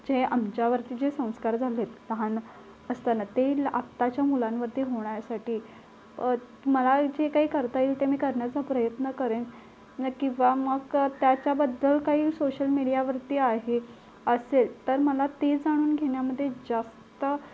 जे आमच्यावरती जे संस्कार झालेत लहान असताना ते ल आत्ताच्या मुलांवरती होण्यासाठी मला जे काही करता येईल ते मी करण्याचा प्रयत्न करेन न किंवा मग त्याच्याबद्दल काही सोशल मिडियावरती आहे असेल तर मला ते जाणून घेण्यामध्ये जास्त